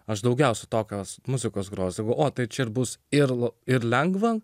aš daugiausia tokios muzikos grodavau o tai čia ir bus ir ir lengva